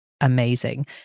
amazing